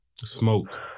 smoked